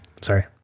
Sorry